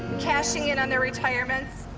cashing in on their retirements,